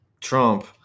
Trump